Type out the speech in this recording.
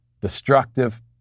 destructive